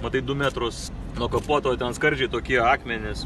matai du metrus nuo kapoto ten skardžiai tokie akmenys